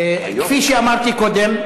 כפי שאמרתי קודם,